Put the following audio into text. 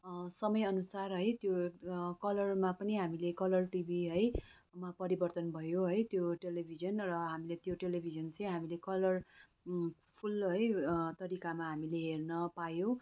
समयअनुसार है त्यो कलरमा पनि हामीले कलर टिभी है मा परिवर्तन भयो है त्यो टेलिभिजन र हामीले त्यो टेलिभिजन चाहिँ हामीले कलरफुल है तरिकामा हामीले हेर्न पायौँ